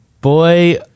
boy